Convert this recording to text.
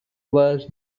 was